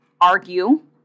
argue